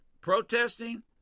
protesting